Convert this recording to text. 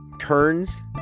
turns